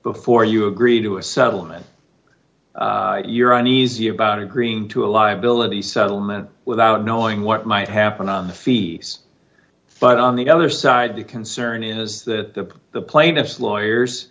before you agree to a settlement you're on easy about agreeing to a liability settlement without knowing what might happen on the fees but on the other side the concern is that the plaintiff's lawyers